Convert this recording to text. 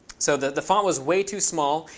so the the font was way too small.